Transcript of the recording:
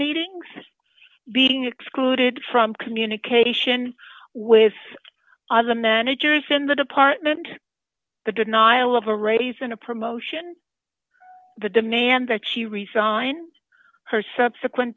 meetings being excluded from communication with other managers in the department the denial of a raise and a promotion the demand that she resign her subsequent